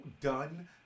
done